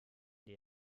dir